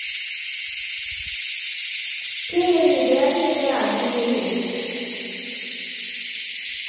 ठीक ऐ ठीक ऐ दपैह्रीं कन्नै आगी फ्ही